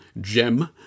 gem